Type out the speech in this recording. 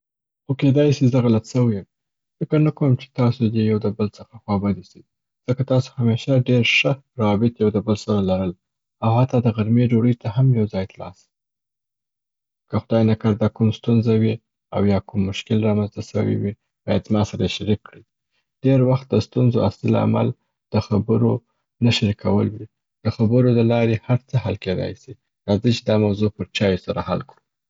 خو کیدای سي زه غلط سوی یم. فکر نکوم چې تاسو دي یو د بل څخه خوابدي سي ځکه تاسو همیشه ډېر ښه روابط یو د بل سره لرل او حتا د غرمې ډوډۍ ته هم یو ځای تلاس. که خدای نکرده کوم ستونزه وي او یا کوم مشکل را منځ ته سوی وي، باید زما سره یې شریک کړي. ډېر وخت د ستونزو اصلي لامل د خبرو نه شریکول وي. د خبرو د لارې هر څه حل کیدای سي. راځي چي دا موضوع پر چایو سره حل کړو.